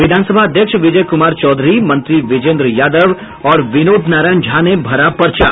विधानसभा अध्यक्ष विजय कूमार चौधरी मंत्री विजेन्द्र यादव और विनोद नारायण झा ने भरा पर्चा